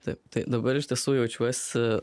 taip tai dabar iš tiesų jaučiuosi